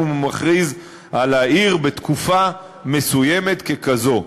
אם הוא מכריז על העיר בתקופה מסוימת ככזאת,